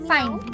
Fine